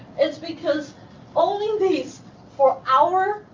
it's because holding these for our